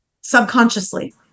subconsciously